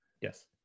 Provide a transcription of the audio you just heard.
Yes